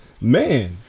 man